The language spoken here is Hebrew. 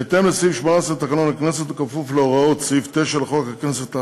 בהתאם לסעיף 18 לתקנון הכנסת וכפוף להוראות סעיף 9 לחוק הכנסת,